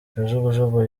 kajugujugu